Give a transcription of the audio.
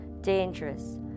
dangerous